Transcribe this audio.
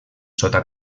sota